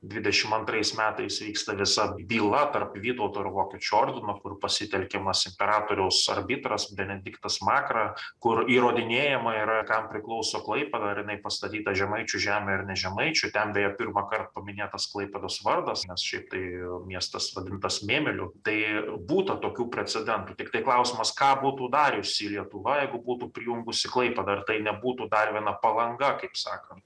dvidešim antrais metais vyksta visa byla tarp vytauto ir vokiečių ordino kur pasitelkiamas imperatoriaus arbitras benediktas makra kur įrodinėjama yra kam priklauso klaipėda ar jinai pastatyta žemaičių žemėje ar ne žemaičių ten beja pirmąkart paminėtas klaipėdos vardas nes šiaip tai miestas vadintas mėmeliu tai būta tokių precedentų tiktai klausimas ką būtų dariusi lietuva jeigu būtų prijungusi klaipėdą ar tai nebūtų dar viena palanga kaip sakant